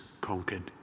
conquered